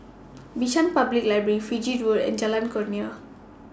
Bishan Public Library Fiji Road and Jalan Kurnia